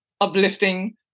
uplifting